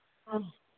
ꯑꯥ